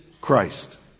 Christ